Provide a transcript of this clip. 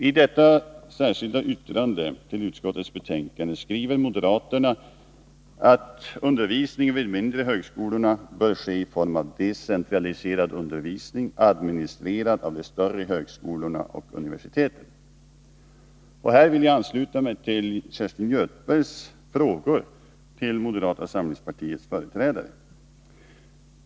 I detta särskilda yttrande skriver moderaterna att den högre utbildningen på de mindre högskolorna bör ske i form av decentraliserad undervisning, administrerad av större högskolor och universitet. Jag vill här ansluta mig till Kerstin Göthbergs frågor till moderata samlingspartiets företrädare.